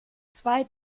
zwei